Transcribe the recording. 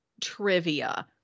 trivia